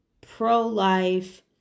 pro-life